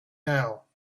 now